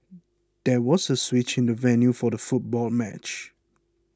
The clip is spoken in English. there was a switch in the venue for the football match